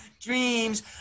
dreams